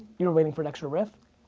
you were waiting for an extra riff?